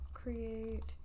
create